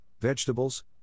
vegetables